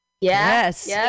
Yes